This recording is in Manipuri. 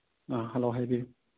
ꯑꯥ ꯍꯂꯣ ꯍꯥꯏꯕꯤꯌꯨ